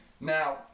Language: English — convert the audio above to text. Now